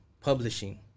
publishing